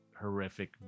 horrific